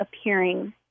appearing